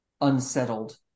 unsettled